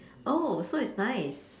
oh so it's nice